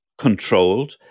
controlled